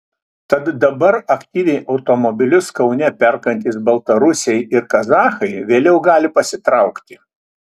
tad dabar aktyviai automobilius kaune perkantys baltarusiai ir kazachai vėliau gali pasitraukti